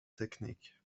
technique